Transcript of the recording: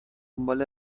دنبال